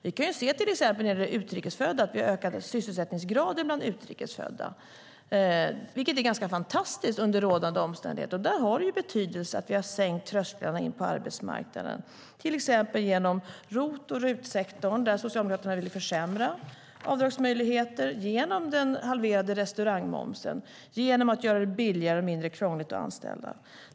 Vi kan när det till exempel gäller utrikes födda se att sysselsättningsgraden har ökat bland dem, vilket är ganska fantastiskt under rådande omständigheter. Där har det betydelse att vi har sänkt trösklarna in på arbetsmarknaden, till exempel genom ROT och RUT-sektorn, där Socialdemokraterna vill försämra avdragsmöjligheterna, genom den halverade restaurangmomsen och genom att göra det billigare och mindre krångligt att anställa.